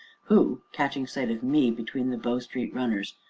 who, catching sight of me between the bow street runners,